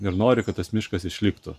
ir noriu kad tas miškas išliktų